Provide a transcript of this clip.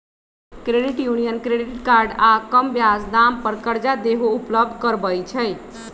credit union credit card आऽ कम ब्याज दाम पर करजा देहो उपलब्ध करबइ छइ